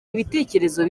ibitekerezo